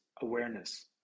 awareness